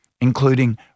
including